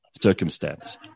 circumstance